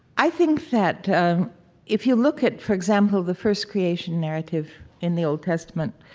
i think that if you look at, for example, the first creation narrative in the old testament,